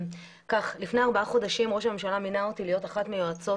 לפני ארבעה חודשים ראש הממשלה מינה אותו להיות אחת מהיועצות.